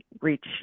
reach